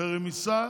ברמיסה